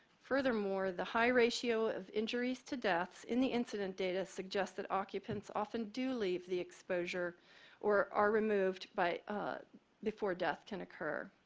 furthermore, the high ratio of injuries to deaths in the incident data suggest that occupants often do leave the exposure or are removed by before death can occur.